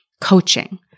coaching